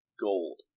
gold